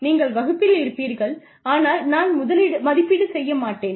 நீங்கள் வகுப்பில் இருப்பீர்கள் ஆனால் நான் மதிப்பீடு செய்ய மாட்டேன்